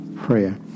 prayer